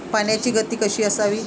पाण्याची गती कशी असावी?